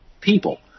people